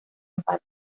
empate